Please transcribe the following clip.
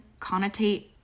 connotate